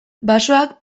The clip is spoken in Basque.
basoak